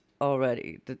already